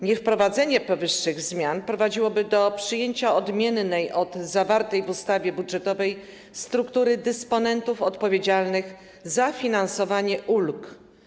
Niewprowadzenie powyższych zmian prowadziłoby do przyjęcia odmiennej od zawartej w ustawie budżetowej struktury dysponentów odpowiedzialnych za finansowanie ulg.